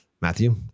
Matthew